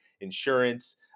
insurance